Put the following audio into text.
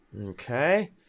Okay